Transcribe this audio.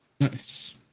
Nice